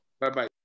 Bye-bye